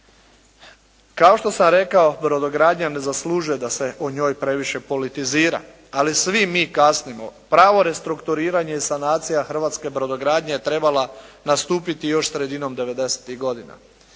Kao što sam rekao brodogradnja ne zaslužuje da se o njoj previše politizira, ali svi mi kasnimo. Pravo restrukturiranja i sanacija hrvatske brodogradnje je trebala nastupiti još sredinom 90-tih godina.